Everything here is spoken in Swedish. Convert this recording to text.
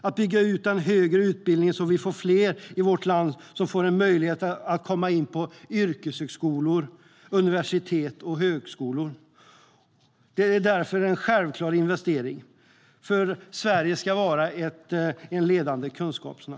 Att bygga ut den högre utbildningen så att vi får fler i vårt land som får en möjlighet att komma in på yrkeshögskolor, universitet och högskolor är därför en självklar investering eftersom Sverige ska vara en ledande kunskapsnation.